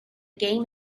game